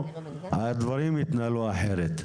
הדברים יתנהלו אחרת.